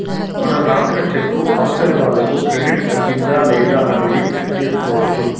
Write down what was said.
మనం రాసిన చెక్కు అవతలి వాళ్లకు క్రెడిట్ అయ్యిందా లేదా అనేది చెక్ చేసుకోవచ్చు